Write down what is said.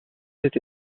été